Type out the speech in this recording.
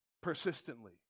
Persistently